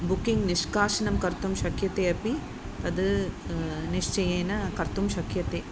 booking निष्कासनं कर्तुं शक्यते अपि तद् निश्चयेन कर्तुं शक्यते